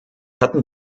hatten